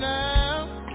now